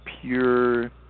pure